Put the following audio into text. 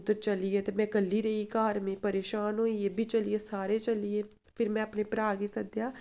उद्धर चली गे ते में कल्ली रेही गेई घर में परेशान होई एह् बी चली गे सारे चली गे फिर में अपने भ्रा गी सद्देआ